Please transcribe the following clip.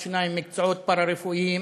רפואת שיניים ומקצועות פארה-רפואיים